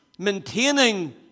maintaining